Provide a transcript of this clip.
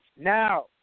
now